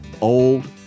Old